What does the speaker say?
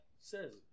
says